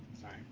Sorry